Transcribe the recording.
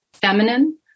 Feminine